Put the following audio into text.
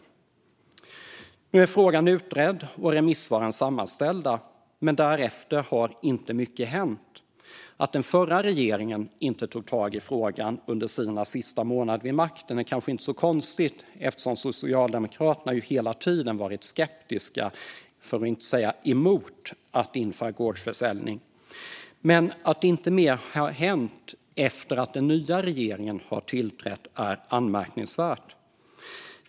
Frågan är alltså utredd och remissvaren sammanställda, men sedan har inte mycket hänt. Att den förra regeringen inte tog tag i frågan under sina sista månader vid makten är kanske inte så konstigt eftersom Socialdemokraterna hela tiden varit skeptiska till, för att inte säga emot, att införa gårdsförsäljning. Men att inte mer har hänt efter att den nya regeringen tillträdde är anmärkningsvärt.